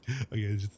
Okay